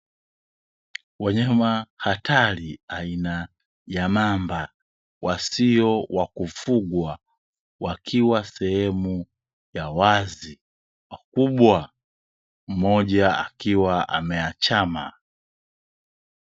Wanyama hatari aina ya mamba wasio wa kufungwa, wakiwa sehemu ya wazi; mkubwa mmoja akiwa ameachama.